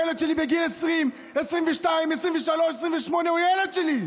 הילד שלי בגיל 20, 22, 23, 28, הוא הילד שלי.